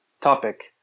topic